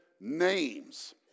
Names